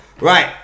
Right